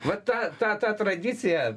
va ta ta ta tradicija